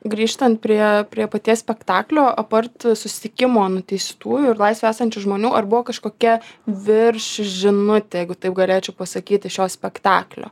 grįžtant prie prie paties spektaklio apart susitikimo nuteistųjų ir laisvėj esančių žmonių ar buvo kažkokia virš žinutė jeigu taip galėčiau pasakyti šio spektaklio